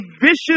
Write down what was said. vicious